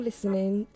Listening